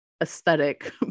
aesthetic